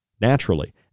naturally